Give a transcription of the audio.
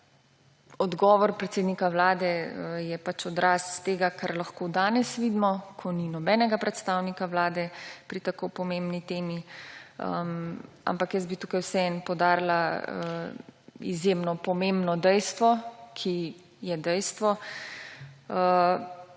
Odgovor predsednika vlade je pač odraz tega, kar lahko danes vidimo, ko ni nobenega predstavnika vlade pri tako pomembni temi. Ampak jaz bi tukaj vseeno poudarila izjemno pomembno dejstvo, ki je dejstvo,